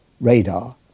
Radar